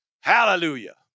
Hallelujah